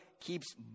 keeps